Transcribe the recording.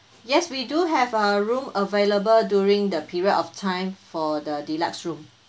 yes we do have a room available during the period of time for the deluxe room